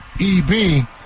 EB